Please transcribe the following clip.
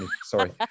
Sorry